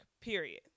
period